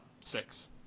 six